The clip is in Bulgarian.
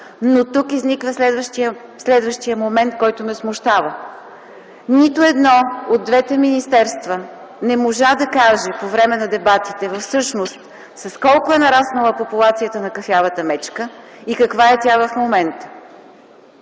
Но тук изниква следващият момент, който ме смущава. Нито едно от двете министерства не можа да каже по време на дебатите всъщност с колко е нараснала популацията на кафявата мечка и каква е тя в момента.